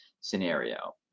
scenario